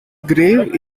grave